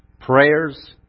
prayers